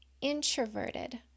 introverted